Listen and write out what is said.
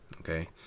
okay